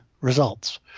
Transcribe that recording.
results